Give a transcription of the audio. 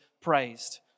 praised